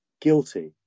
guilty